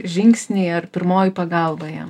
žingsniai ar pirmoji pagalba jam